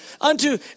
unto